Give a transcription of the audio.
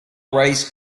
erase